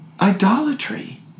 idolatry